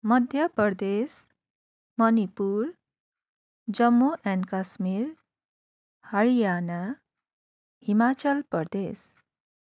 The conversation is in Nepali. मध्य प्रदेश मणिपुर जम्मू एन्ड काश्मीर हरियाणा हिमाचल प्रदेश